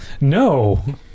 No